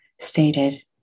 stated